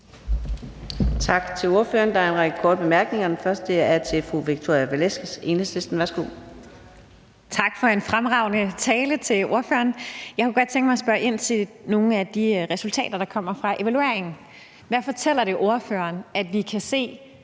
for en fremragende tale. Jeg kunne godt tænke mig at spørge ind til nogle af de resultater, der er kommet fra evalueringen. Hvad fortæller det ordføreren, at vi kan se,